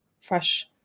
fresh